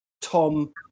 Tom